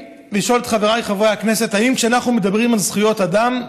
חבריי חברי הכנסת: כשאנחנו מדברים על זכויות אדם,